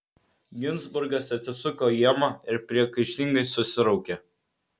ginzburgas atsisuko į emą ir priekaištingai susiraukė